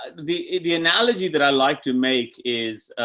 the, the analogy that i like to make is,